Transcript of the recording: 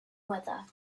weather